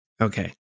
Okay